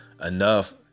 enough